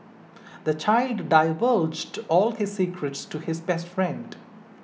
the child divulged all his secrets to his best friend